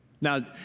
now